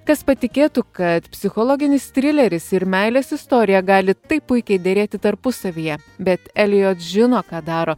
kas patikėtų kad psichologinis trileris ir meilės istorija gali taip puikiai derėti tarpusavyje bet elijot žino ką daro